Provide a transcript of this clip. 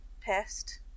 pissed